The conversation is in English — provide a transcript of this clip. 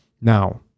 Now